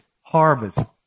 harvest